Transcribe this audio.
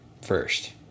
first